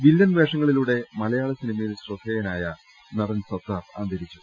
വില്ലൻവേഷങ്ങളിലൂടെ മലയാള സിനിമയിൽ ശ്രദ്ധേയനായ നടൻ സത്താർ അന്തരിച്ചു